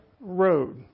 Road